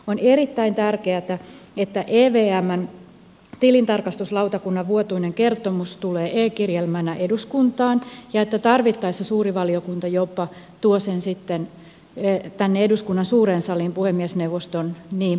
on erittäin tärkeätä että evmn tilintarkastuslautakunnan vuotuinen kertomus tulee e kirjelmänä eduskuntaan ja että tarvittaessa suuri valiokunta jopa tuo sen sitten tänne eduskunnan suureen saliin puhemiesneuvoston niin päättäessä